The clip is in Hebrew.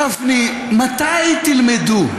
גפני, מתי תלמדו?